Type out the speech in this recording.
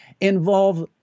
involve